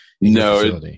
No